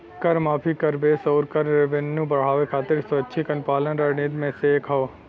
कर माफी, कर बेस आउर कर रेवेन्यू बढ़ावे खातिर स्वैच्छिक अनुपालन रणनीति में से एक हौ